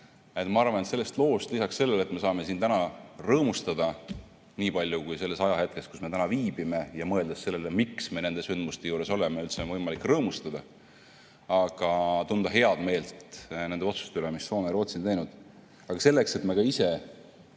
Ma arvan, et sellest loost, lisaks sellele, et me saame siin täna rõõmustada, nii palju kui selles ajahetkes, kus me viibime, ja mõeldes sellele, miks me nende sündmuste juures oleme, üldse on võimalik rõõmustada, võime me tunda head meelt nende otsuste üle, mis Soome ja Rootsi on teinud.